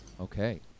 Okay